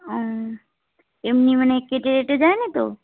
ও এমনি মানে কেটে টেটে যায়নি তো